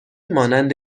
مانند